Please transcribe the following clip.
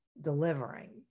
delivering